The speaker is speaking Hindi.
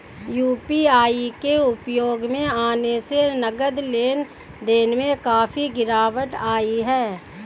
यू.पी.आई के उपयोग में आने से नगद लेन देन में काफी गिरावट आई हैं